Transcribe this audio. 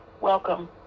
Welcome